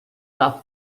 love